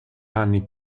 anni